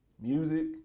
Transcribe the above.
Music